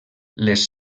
les